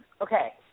Okay